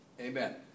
amen